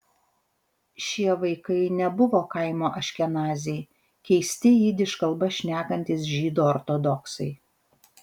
šie vaikai nebuvo kaimo aškenaziai keisti jidiš kalba šnekantys žydų ortodoksai